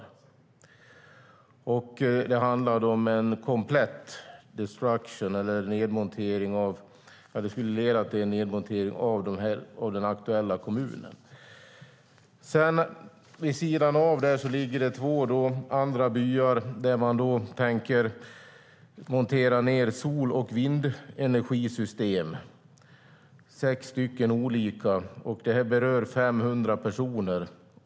Det handlade om en komplett destruction, en nedmontering av den aktuella kommunen. Vid sidan av dessa ligger två andra byar där man tänker montera ned sex olika sol och vindenergisystem. Det berör 500 personer.